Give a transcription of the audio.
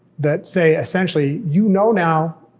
that say essentially, you know now,